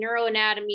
neuroanatomy